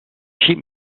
sheet